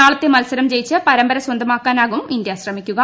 നാളത്തെ മത്സരം ജയിച്ച് പരമ്പര സ്വന്തമാക്കാനാകും ഇന്ത്യ ശ്രമിക്കുക